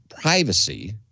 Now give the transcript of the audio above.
privacy